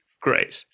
great